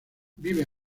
vive